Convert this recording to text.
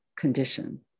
condition